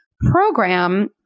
program